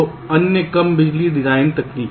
तो अन्य कम बिजली डिजाइन तकनीक